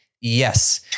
Yes